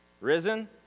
Risen